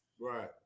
Right